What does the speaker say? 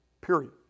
period